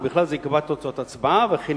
ובכלל זה יקבע את תוצאות ההצבעות וכן